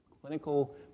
clinical